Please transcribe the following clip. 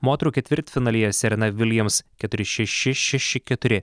moterų ketvirtfinalyje serena vilijams keturi šeši šeši keturi